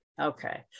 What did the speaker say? okay